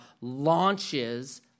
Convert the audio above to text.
launches